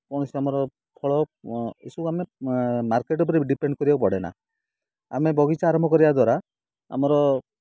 କୌଣସି ଆମର ଫଳ ଏସବୁ ଆମେ ମାର୍କେଟ ଉପରେ ବି ଡିପେଣ୍ଡ କରିବାକୁ ପଡ଼େ ନା ଆମେ ବଗିଚା ଆରମ୍ଭ କରିବା ଦ୍ୱାରା ଆମର